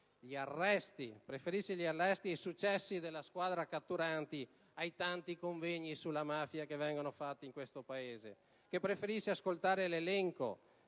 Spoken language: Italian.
Nord, che preferisce gli arresti e i successi della squadra catturandi ai tanti convegni sulla mafia che vengono fatti in questo Paese, che preferisce ascoltare l'elenco